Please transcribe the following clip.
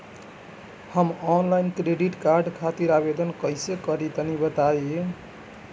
हम online credit card खातिर आवेदन कइसे करि तनि बताई?